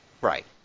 Right